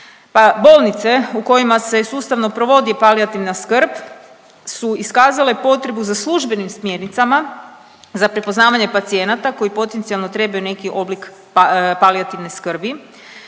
bolnice u kojima se sustavno provodi palijativna skrb su iskazale potrebu za službenim smjernicama za prepoznavanje pacijenata koji potencijalno trebaju neki oblik palijativne skrbi